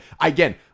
again